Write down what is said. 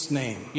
name